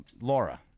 Laura